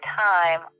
time